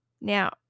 Now